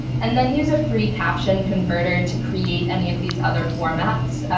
and then use a free caption converter to create any of these other formats.